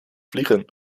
vliegen